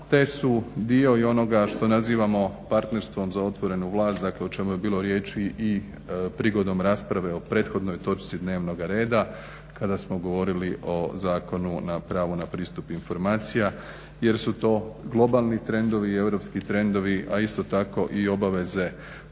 te su dio i onoga što nazivamo i partnerstvom za otvorenu vlast dakle o čemu je bilo riječi i prigodom rasprave o prethodnoj točci dnevnoga reda kada smo govorili o zakonu na pravo na pristup informacija jer su to globalni trendovi i europski trendovi a isto tako i obaveze koje